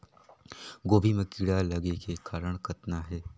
गोभी म कीड़ा लगे के कारण कतना हे?